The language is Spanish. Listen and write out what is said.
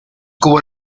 como